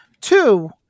Two